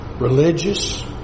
religious